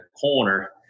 corner